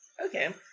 Okay